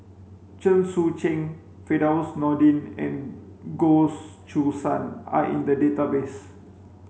Chen Sucheng Firdaus Nordin and Goh Choo San are in the database